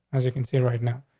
as you can see and right now,